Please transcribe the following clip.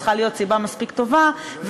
צריכה להיות סיבה מספיק טובה,